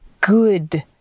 good